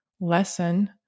lesson